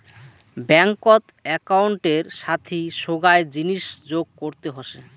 ব্যাঙ্কত একউন্টের সাথি সোগায় জিনিস যোগ করতে হসে